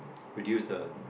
reduce the